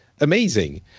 Amazing